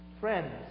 Friends